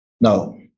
No